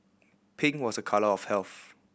pink was a colour of health